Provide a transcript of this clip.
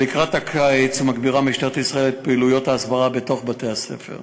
לקראת הקיץ מגבירה משטרת ישראל את פעילויות ההסברה בתוך בתי-הספר.